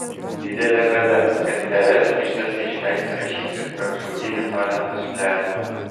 didelė bėda kad rs ryžtasi išleisti rašytojus be apsauginių talento siūlelių